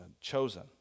chosen